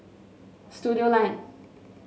Studioline